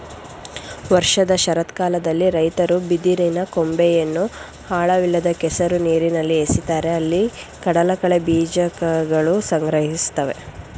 ವರ್ಷದ ಶರತ್ಕಾಲದಲ್ಲಿ ರೈತರು ಬಿದಿರಿನ ಕೊಂಬೆಯನ್ನು ಆಳವಿಲ್ಲದ ಕೆಸರು ನೀರಲ್ಲಿ ಎಸಿತಾರೆ ಅಲ್ಲಿ ಕಡಲಕಳೆ ಬೀಜಕಗಳು ಸಂಗ್ರಹಿಸ್ತವೆ